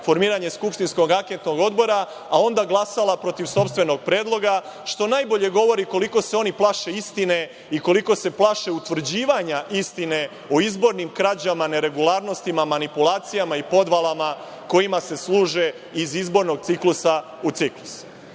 formiranje skupštinskog anketnog odbora, a onda glasala protiv sopstvenog predloga, što najbolje govori koliko se oni plaše istine i koliko se plaše utvrđivanja istine o izbornim krađama, neregularnostima, manipulacijama i podvalama, kojima se služe iz izbornog ciklusa u